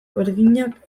berdinak